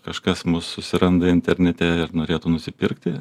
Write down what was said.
kažkas mus susiranda internete ir norėtų nusipirkti